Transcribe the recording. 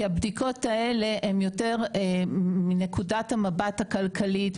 כי הבדיקות האלה הן יותר מנקודת מבט כלכלית,